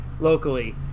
locally